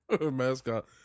Mascot